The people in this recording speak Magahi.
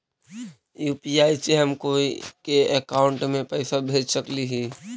यु.पी.आई से हम कोई के अकाउंट में पैसा भेज सकली ही?